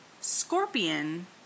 scorpion